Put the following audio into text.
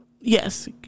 yes